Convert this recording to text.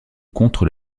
contre